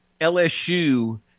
LSU